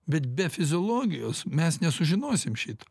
bet be fiziologijos mes nesužinosim šito